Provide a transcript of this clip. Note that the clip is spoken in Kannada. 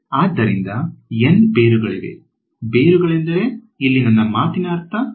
ಆದ್ದರಿಂದ N ಬೇರುಗಳಿವೆ ಬೇರುಗಳೆಂದರೆ ಇಲ್ಲಿ ನನ್ನ ಮಾತಿನ ಅರ್ಥ